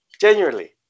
Genuinely